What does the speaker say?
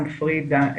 פרידה,